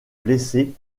blessés